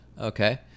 Okay